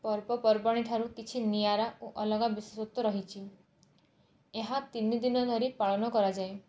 ପର୍ବପର୍ବାଣୀ ଠାରୁ କିଛି ନିଆରା ଓ ଅଲଗା ବିଶେଷତ୍ୱ ରହିଛି ଏହା ତିନି ଦିନ ଧରି ପାଳନ କରାଯାଏ